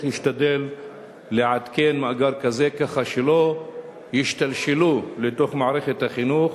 ישתדל לעדכן מאגר כזה כך שלא ישתלשלו לתוך מערכת החינוך